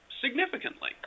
significantly